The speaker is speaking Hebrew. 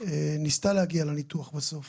ניסתה להגיע לניתוח בסוף